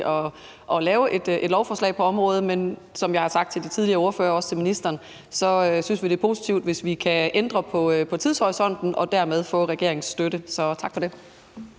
at lave et lovforslag på området, men som jeg har sagt til de tidligere ordførere og også til ministeren, synes vi, det er positivt, hvis vi kan ændre på tidshorisonten og dermed få regeringens støtte. Så tak for det.